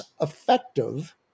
effective